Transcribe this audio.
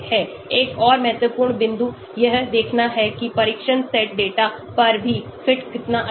एक और महत्वपूर्ण बिंदु यह देखना है कि परीक्षण सेट डेटा पर भी फिट कितना अच्छा है